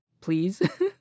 please